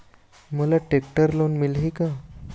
मोला tractor loan मिलही का?